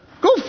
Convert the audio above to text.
go